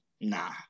nah